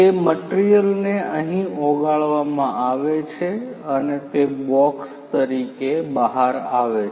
તે મટીરીઅલને અહી ઓગાળવામાં આવે છે અને તે બોક્સ તરીકે બહાર આવે છે